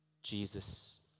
Jesus